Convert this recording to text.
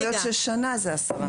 יכול להיות ששנה זה עשרה.